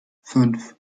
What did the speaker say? fünf